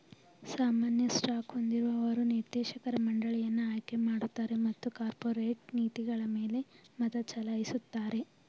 ಸಾಮಾನ್ಯ ಸ್ಟಾಕ್ ಹೊಂದಿರುವವರು ನಿರ್ದೇಶಕರ ಮಂಡಳಿಯನ್ನ ಆಯ್ಕೆಮಾಡುತ್ತಾರೆ ಮತ್ತು ಕಾರ್ಪೊರೇಟ್ ನೀತಿಗಳಮೇಲೆ ಮತಚಲಾಯಿಸುತ್ತಾರೆ